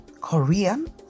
Korean